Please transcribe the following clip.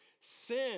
Sin